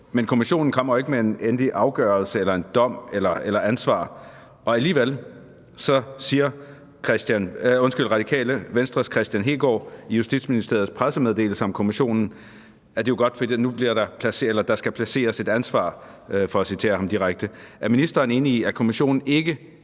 Men kommissionen kommer jo ikke med en endelig afgørelse eller en dom eller et ansvar, og alligevel siger Radikale Venstres Kristian Hegaard i Justitsministeriets pressemeddelelse om kommissionen, at det er godt, fordi der nu skal »placeres et ansvar«, for at citere ham direkte. Er ministeren enig i, at kommissionen ikke